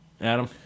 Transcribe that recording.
Adam